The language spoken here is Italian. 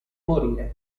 morire